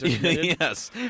Yes